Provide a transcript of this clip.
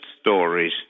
stories